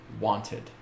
wanted